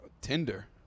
Tinder